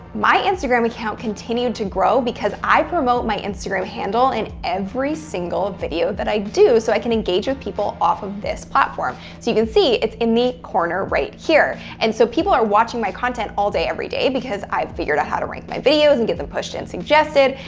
my instagram account continued to grow, because i promote my instagram handle in every single video that i do, so i can engage with people off of this platform. so you can see, it's in the corner right here. and so people are watching my content all day, every day because i've figured out how to rank my videos and get them pushed in suggested.